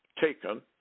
taken